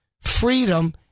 Freedom